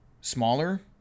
smaller